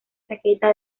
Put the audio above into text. chaqueta